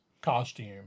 costume